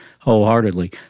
Wholeheartedly